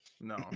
No